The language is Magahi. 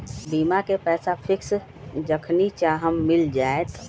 बीमा के पैसा फिक्स जखनि चाहम मिल जाएत?